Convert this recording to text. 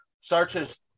searches